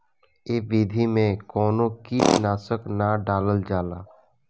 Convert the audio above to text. ए विधि में कवनो कीट नाशक ना डालल जाला